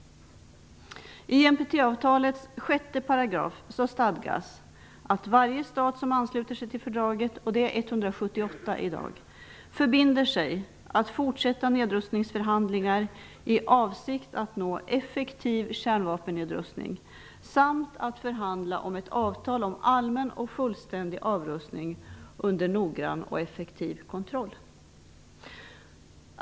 I 6 § i NPT-avtalet stadgas att varje stat som ansluter sig till fördraget, och det är 178 i dag, förbinder sig att fortsätta nedrustningsförhandlingar i avsikt att nå effektiv kärnvapennedrustning samt att förhandla om ett avtal om allmän och fullständig avrustning under noggrann och effektiv kontroll.